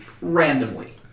randomly